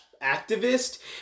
activist